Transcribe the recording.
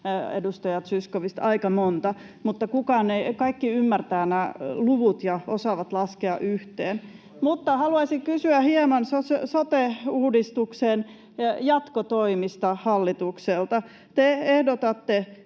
edustaja Zyskowicz, aika monta. Kaikki ymmärtävät nämä luvut ja osaavat laskea yhteen. Mutta haluaisin kysyä hieman sote-uudistuksen jatkotoimista hallitukselta. Te ehdotatte